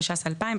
התש"ס-2000,